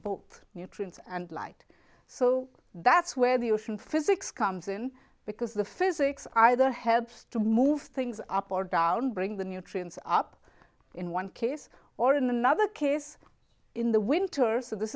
booked nutrients and light so that's where the ocean physics comes in because the physics either helps to move things up or down bring the nutrients up in one case or in another case in the winters and this